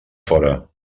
fora